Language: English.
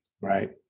right